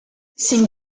sin